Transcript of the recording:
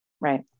Right